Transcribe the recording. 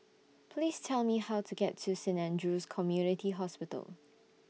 Please Tell Me How to get to Saint Andrew's Community Hospital